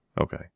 Okay